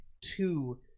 two